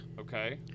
okay